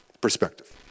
Perspective